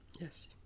Yes